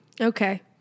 Okay